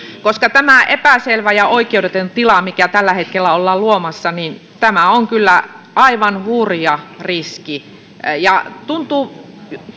tämä epäselvä ja oikeudeton tila mikä tällä hetkellä ollaan luomassa on kyllä aivan hurja riski tuntuu